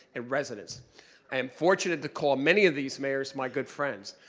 and residences. i am fortunate to call many of these mayors my good friends.